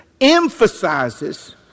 emphasizes